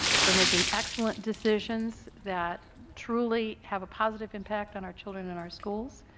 for making excellent decisions that truly have a positive impact on our children and our schools.